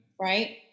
right